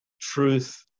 Truth